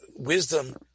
Wisdom